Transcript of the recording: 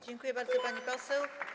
Dziękuję bardzo, pani poseł.